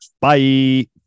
Bye